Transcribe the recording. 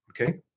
Okay